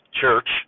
church